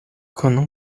可能